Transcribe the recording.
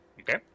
Okay